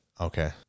Okay